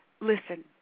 listen